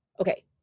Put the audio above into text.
Okay